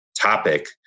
topic